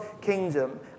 kingdom